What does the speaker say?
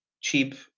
cheap